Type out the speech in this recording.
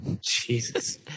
Jesus